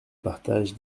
partage